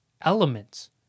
elements